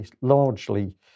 largely